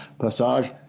Passage